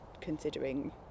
considering